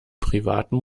privaten